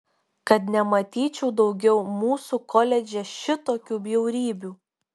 kad nematyčiau daugiau mūsų koledže šitokių bjaurybių